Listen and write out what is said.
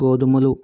గోధుమలు